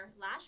lash